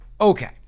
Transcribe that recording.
Okay